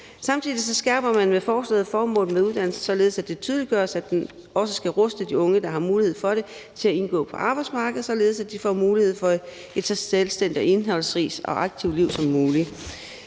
Samtidig skærper man med forslaget formålet med uddannelsen, således at det tydeliggøres, at den også skal ruste de unge, der har mulighed for det, til at indgå på arbejdsmarkedet, således at de får mulighed for et så selvstændigt og indholdsrigt og aktivt liv som muligt.